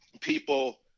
people